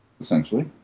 Essentially